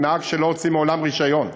זה נהג שמעולם לא הוציא רישיון.